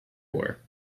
ore